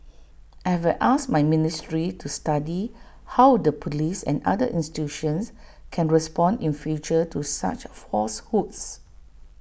I have asked my ministry to study how the Police and other institutions can respond in future to such falsehoods